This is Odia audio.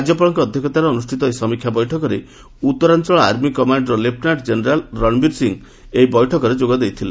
ରାଜ୍ୟପାଳଙ୍କ ଅଧ୍ୟକ୍ଷତାରେ ଅନୁଷ୍ଠିତ ଏହି ସମୀକ୍ଷା ବୈଠକରେ ଉତ୍ତରାଞ୍ଚଳ army commander lieutenant general Ranbir Singh ଏହି ବୈଠକରେ ଯୋଗ ଦେଇଥିଲେ